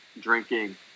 drinking